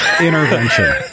Intervention